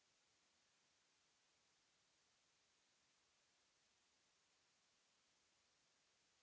...